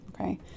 Okay